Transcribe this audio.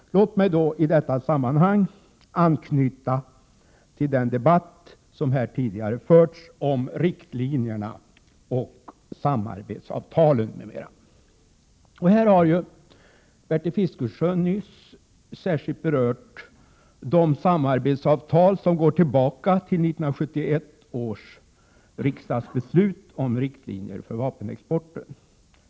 Låt mig i detta sammanhang anknyta till den debatt som här tidigare förts om riktlinjerna, samarbetsavtalen m.m. Här har ju Bertil Fiskesjö nyss särskilt berört de samarbetsavtal som går tillbaka till 1971 års riksdagsbeslut om riktlinjer för vapenexporten.